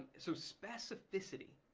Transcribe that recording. so specificity.